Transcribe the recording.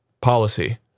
policy